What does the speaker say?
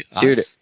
Dude